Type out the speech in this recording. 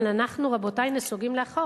אבל אנחנו, רבותי, נסוגים לאחור.